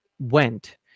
went